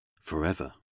forever